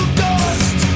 dust